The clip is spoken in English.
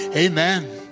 Amen